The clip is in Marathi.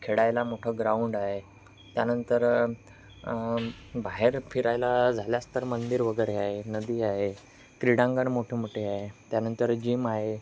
खेळायला मोठं ग्राऊंड आहे त्यानंतर बाहेर फिरायला झाल्यास तर मंदिर वगैरे आहे नदी आहे क्रीडांगण मोठे मोठे आहे त्यानंतर जिम आहे